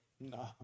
No